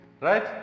Right